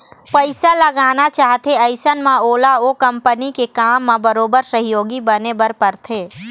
पइसा लगाना चाहथे अइसन म ओला ओ कंपनी के काम म बरोबर सहयोगी बने बर परथे